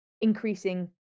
increasing